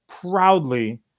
proudly